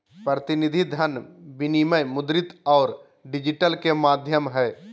प्रतिनिधि धन विनिमय मुद्रित और डिजिटल के माध्यम हइ